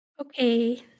Okay